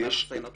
ומאחסן אותו.